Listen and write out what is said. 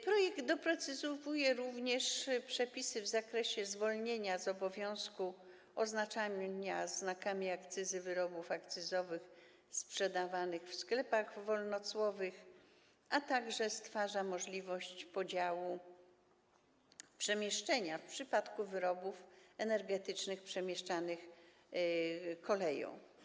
Projekt doprecyzowuje również przepisy w zakresie zwolnienia z obowiązku oznaczania znakami akcyzy wyrobów akcyzowych sprzedawanych w sklepach wolnocłowych, a także stwarza możliwość podziału przemieszczenia w przypadku wyrobów energetycznych przemieszczanych koleją.